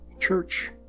church